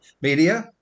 Media